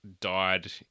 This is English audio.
died